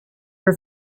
for